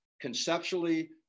conceptually